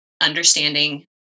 understanding